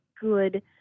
good